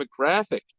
demographic